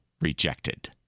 rejected